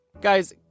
Guys